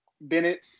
Bennett